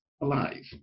alive